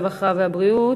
הרווחה והבריאות.